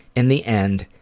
in the end,